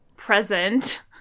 Present